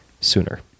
sooner